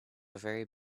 very